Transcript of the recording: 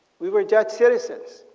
we were dutch citizens.